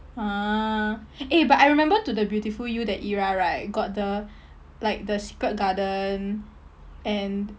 ah eh but I remember to the beautiful you that era right got the like the secret garden and